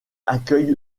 accueille